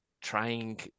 trying